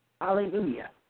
Hallelujah